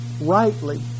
rightly